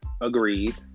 Agreed